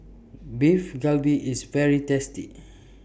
Beef Galbi IS very tasty